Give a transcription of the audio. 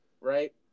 right